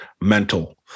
mental